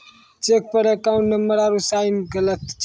cheque पर account number आरू sign गलत छौ